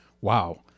Wow